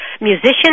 musician